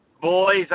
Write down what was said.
Boys